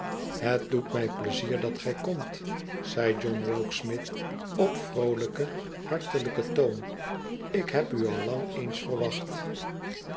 het doet mij pleizier dat gij komt zei john rokesmith opvroolijken hartelijken toon ik heb u al lang eens verwacht